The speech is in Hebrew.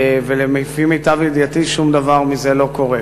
לפי מיטב ידיעתי, שום דבר מזה לא קורה.